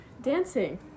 dancing